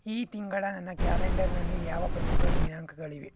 ಈ ತಿಂಗಳ ನನ್ನ ಕ್ಯಾಲೆಂಡರ್ನಲ್ಲಿ ಯಾವ ಪ್ರಮುಖ ದಿನಾಂಕಗಳಿವೆ